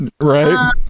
Right